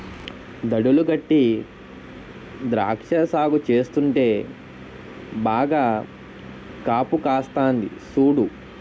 దడులు గట్టీ ద్రాక్ష సాగు చేస్తుంటే బాగా కాపుకాస్తంది సూడు